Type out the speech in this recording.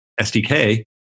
SDK